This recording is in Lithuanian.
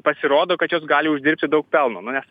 pasirodo kad jos gali uždirbti daug pelno nu nes